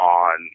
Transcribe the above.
on